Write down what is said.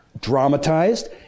dramatized